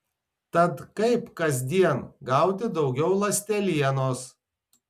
tad kaip kasdien gauti daugiau ląstelienos